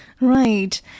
Right